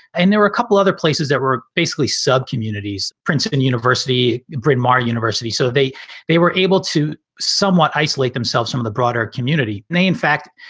and there were a couple other places that were basically sub communities, princeton university, braemar university. so they they were able to somewhat isolate themselves from the broader community. they, in fact,